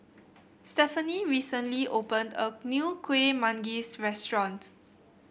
Stephanie recently opened a new Kuih Manggis restaurant